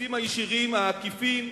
המסים הישירים, העקיפים,